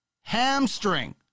hamstring